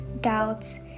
doubts